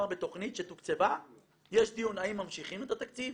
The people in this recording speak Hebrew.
בתכנית שתוקצבה יש דיון האם ממשיכים את התקציב,